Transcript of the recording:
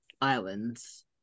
islands